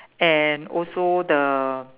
and also the